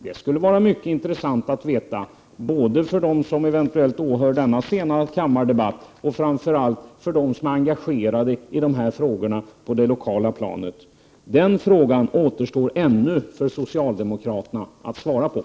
Det skulle vara mycket intressant både för dem som åhör denna sena kammardebatt och framför allt för dem som på det lokala planet är engagerade i de här frågorna att få ett svar på den frågan. Det återstår ännu för socialdemokraterna att besvara den.